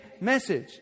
message